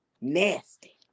nasty